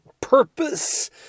purpose